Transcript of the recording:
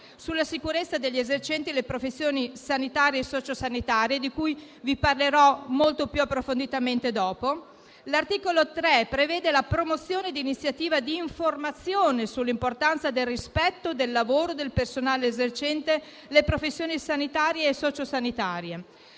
sulla sicurezza degli esercenti le professioni sanitarie e socio-sanitarie, di cui vi parlerò molto più approfonditamente in seguito. L'articolo 3 prevede la promozione di iniziative d'informazione sull'importanza del rispetto del lavoro del personale esercente le professioni sanitarie e socio-sanitarie.